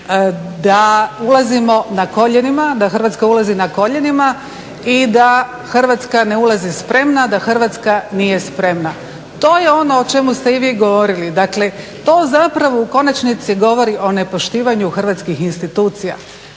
da ulazimo na koljenima, da Hrvatska ulazi na koljenima i da Hrvatska ne ulazi spremna, da Hrvatska nije spremna. To je ono o čemu ste i vi govorili, dakle to zapravo u konačnici govori o nepoštivanju hrvatskih institucija.